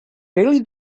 really